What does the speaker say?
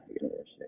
University